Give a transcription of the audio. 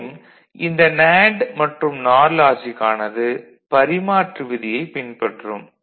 மேலும் இந்த நேண்டு மற்றும் நார் லாஜிக் ஆனது பரிமாற்று விதியைப் பின்பற்றும்